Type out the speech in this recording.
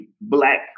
black